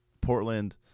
Portland